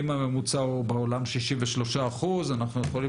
אם הממוצע בעולם הוא 63% אנחנו יכולים